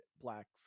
black